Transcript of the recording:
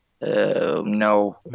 no